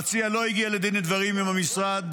המציע לא הגיע לדין ודברים עם המשרד,